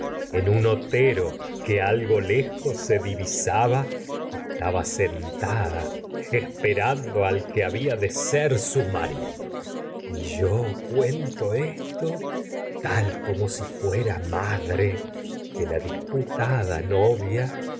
en un otero que algo lejos se divisaba estaba esperando al que había de ser su marido y yo esto cuento tal como si fuera madre que la disputa da novia